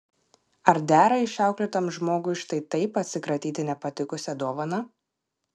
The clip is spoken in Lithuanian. ar dera išauklėtam žmogui štai taip atsikratyti nepatikusia dovana